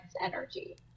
energy